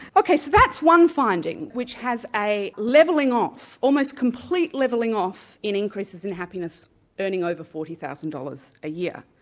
ok so that's one finding, which has a leveling off, almost complete leveling off in increases in happiness earning over forty thousand dollars a year.